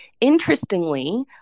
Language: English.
Interestingly